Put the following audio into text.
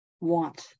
want